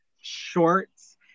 shorts